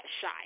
shy